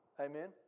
Amen